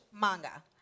Manga